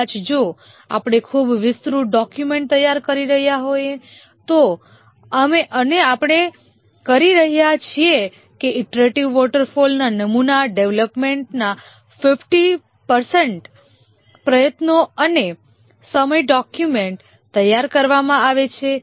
કદાચ જો આપણે ખૂબ વિસ્તૃત ડોક્યુમેન્ટ્સ તૈયાર કરી રહ્યાં હોય તો અમે આપણે કરી રહ્યા છીએ કે ઇટરેટિવ વોટરફોલના નમૂનામાં ડેવલપમેન્ટના 50 ટકા પ્રયત્નો અને સમય ડોક્યુમેન્ટ્સ તૈયાર કરવામાં આવે છે